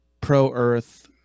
pro-earth